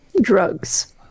Drugs